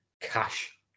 cash